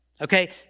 okay